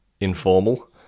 informal